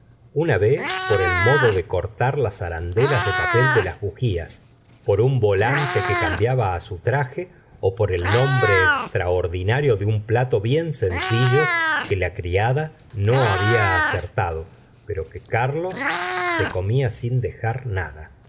una vez por el modo de cortar las arandelas de papel de las bujías por un volante que cambiaba to su traje por el nombre extraordinario de un plato bien sencillo que la criada no había acertado pero que carlos se comía sin dejar nada